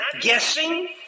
guessing